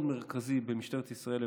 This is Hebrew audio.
מרכזי בטיפול היום של משטרת ישראל.